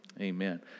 Amen